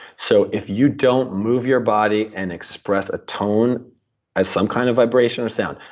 so if you don't move your body and express a tone as some kind of vibration or sound,